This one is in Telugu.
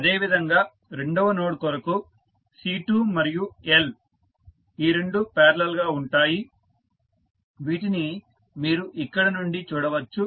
అదేవిధంగా రెండవ నోడ్ కొరకు C2 మరియు L ఈ రెండు పారలల్ గా ఉంటాయి వీటిని మీరు ఇక్కడ నుండి చూడవచ్చు